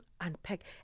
unpack